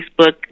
Facebook